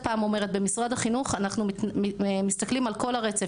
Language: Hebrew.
במשרד החינוך אנחנו מסתכלים על כל הרצף